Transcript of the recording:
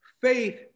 faith